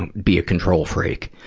and be a control freak.